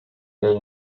they